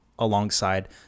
alongside